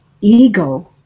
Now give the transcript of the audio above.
ego